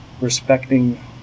respecting